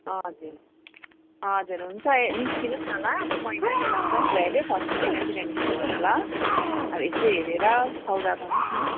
हजुर हजुर हुन्छ निस्किनुहोस् ल अब महिनाको लास्ट लास्ट भइहाल्यो फर्स्ट महिनातिर निस्किनुहोस् न ल अब यस्तो हेरेर सौदा गर्नुहोस् न